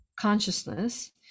consciousness